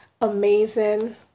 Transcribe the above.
amazing